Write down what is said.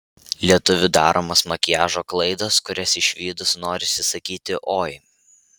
lietuvių daromos makiažo klaidos kurias išvydus norisi sakyti oi